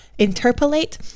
interpolate